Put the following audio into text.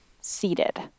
seated